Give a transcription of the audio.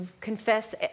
confess